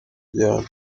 igihano